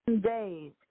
days